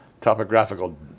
topographical